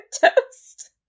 toast